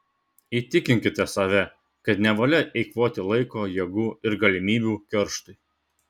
įtikinkite save kad nevalia eikvoti laiko jėgų ir galimybių kerštui